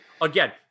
again